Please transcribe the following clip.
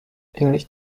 english